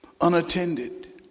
unattended